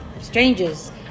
strangers